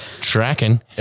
Tracking